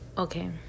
Okay